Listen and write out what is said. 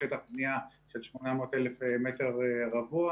שטח בנייה של 800,000 מטר רבוע,